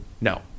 No